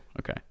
okay